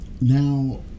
Now